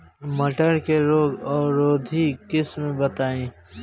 मटर के रोग अवरोधी किस्म बताई?